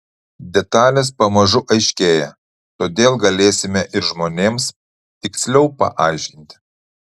detalės pamažu aiškėja todėl galėsime ir žmonėms tiksliau paaiškinti